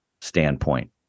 standpoint